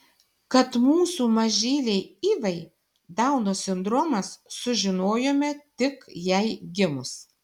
kad mūsų mažylei ivai dauno sindromas sužinojome tik jai gimus